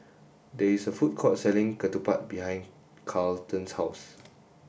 there is a food court selling Ketupat behind Carleton's house